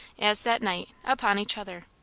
as that night, upon each other.